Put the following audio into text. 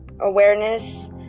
Awareness